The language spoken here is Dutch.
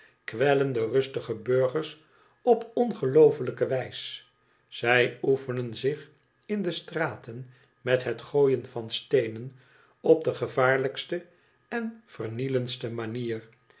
kwellen de rustige burgers op ongeloofelijke wijs zij oefenen zich in de straten met het gooien van steenen op do gevaarlijkste en vernielendste manier